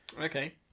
Okay